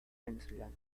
venezolana